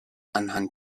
anhand